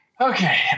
Okay